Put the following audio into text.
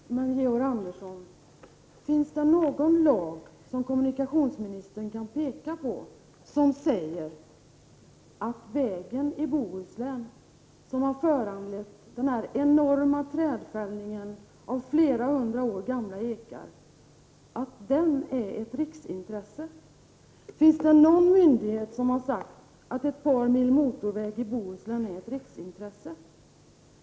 Fru talman! Men, Georg Andersson, finns det någon lag som kommunikationsministern kan peka på som säger att den väg i Bohuslän som har föranlett den här enorma trädfällningen, som bl.a. berör flera hundra år gamla ekar, är ett riksintresse? Finns det någon myndighet som har sagt att ett par mil motorväg i Bohuslän är ett riksintresse?